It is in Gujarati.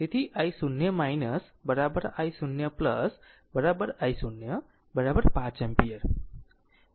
તેથી i0 i0 i0 5 એમ્પીયર